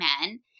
men